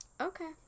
Okay